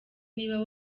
niba